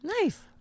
Nice